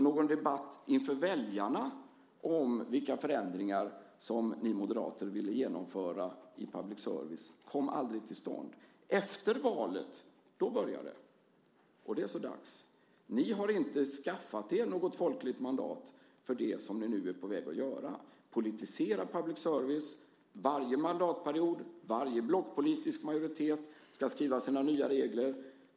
Någon debatt inför väljarna om vilka förändringar som ni moderater ville genomföra i public service kom aldrig till stånd. Efter valet började det, och det är så dags. Ni har inte skaffat er något folkligt mandat för det som ni nu är på väg att göra - politisera public service. Varje mandatperiod, varje blockpolitisk majoritet ska skriva sina nya regler.